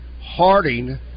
Harding